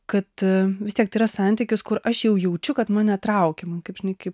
kad vis tiek tai yra santykis kur aš jau jaučiu kad mane traukia kaip žinai kaip